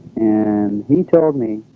and he told me